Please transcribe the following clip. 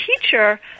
teacher